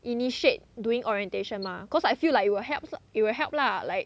initiate during orientation mah cause I feel like you will helps you will help lah like